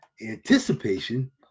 anticipation